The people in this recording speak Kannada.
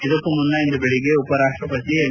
ಇದಕ್ಕೂ ಮುನ್ನ ಇಂದು ಬೆಳಗ್ಗೆ ಉಪ ರಾಷ್ಟಪತಿ ಎಂ